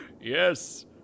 Yes